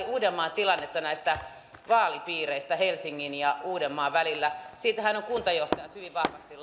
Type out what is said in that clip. uudenmaan tilannetta näistä vaalipiireistä helsingin ja uudenmaan välillä siitähän ovat kuntajohtajat hyvin vahvasti